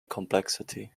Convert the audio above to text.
complexity